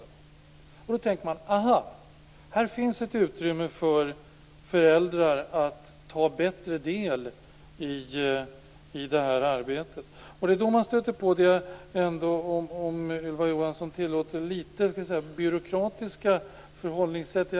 Då kan man tänka att det i detta sammanhang finns ett utrymme för föräldrar att bättre ta del i detta arbete. Det är då, om Ylva Johansson tillåter att jag säger det, man stöter på det litet byråkratiska förhållningssättet.